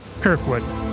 Kirkwood